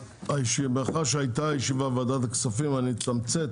מאחר והיתה ישיבה בוועדת הכספים אני אתמצת.